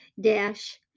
dash